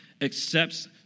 accepts